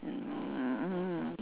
mm